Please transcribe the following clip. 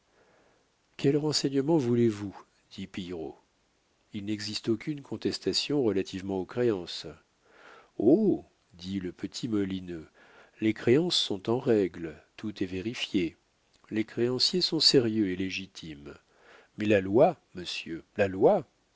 quels renseignements voulez-vous dit pillerault il n'existe aucune contestation relativement aux créances oh dit le petit molineux les créances sont en règle tout est vérifié les créanciers sont sérieux et légitimes mais la loi monsieur la loi